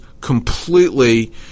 completely